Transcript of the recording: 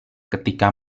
ketika